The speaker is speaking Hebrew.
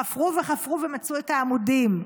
חפרו וחפרו ומצאו את העמודים,